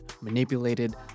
manipulated